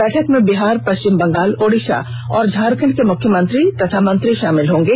बैठक में बिहार पश्चिम बंगाल ओडिसा और झारखण्ड के मुख्यमंत्री और मंत्री शामिल होंगे